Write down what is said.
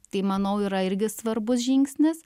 tai manau yra irgi svarbus žingsnis